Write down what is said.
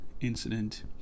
incident